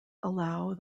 allow